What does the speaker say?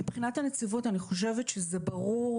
מבחינת הנציבות אני חושבת שזה ברור,